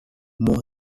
more